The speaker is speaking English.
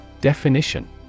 Definition